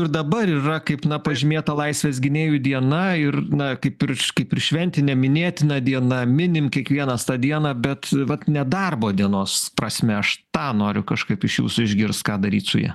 ir dabar yra kaip pažymėta laisvės gynėjų diena ir na kaip ir kaip ir šventine minėtina diena minim kiekvienas tą dieną bet vat nedarbo dienos prasme aš tą noriu kažkaip iš jūsų išgirst ką daryt su ja